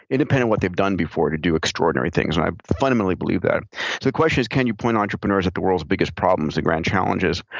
independent what they've done before to do extraordinary things, and i fundamentally believe that. so the question is, can you point entrepreneurs at the world's biggest problems and grand challenges,